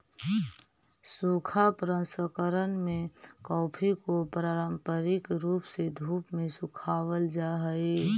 सूखा प्रसंकरण में कॉफी को पारंपरिक रूप से धूप में सुखावाल जा हई